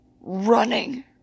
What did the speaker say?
running